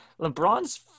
LeBron's